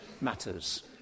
matters